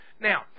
Now